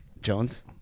Jones